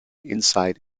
inside